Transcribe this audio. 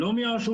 לא מהרשות